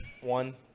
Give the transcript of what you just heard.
One